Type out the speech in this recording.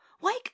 Wake